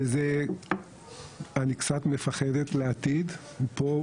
וזה אני קצת מפחדת לעתיד פה.